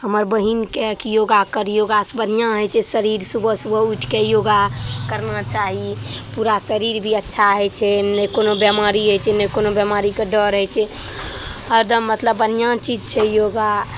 हमर बहिनकेँ कि योगा कर योगा से बढ़िआँ होइ छै शरीर सुबह सुबह उठिके योगा करना चाही पूरा शरीर भी अच्छा होइ छै नहि कोनो बेमारी होइ छै नहि कोनो बेमारीके डर होइ छै हरदम मतलब बढ़िआँ चीज छै योगा